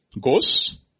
goes